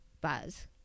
Buzz